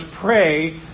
pray